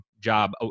job